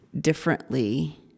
differently